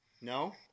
No